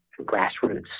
grassroots